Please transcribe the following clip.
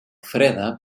freda